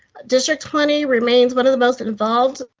district twenty remains one of the most involved.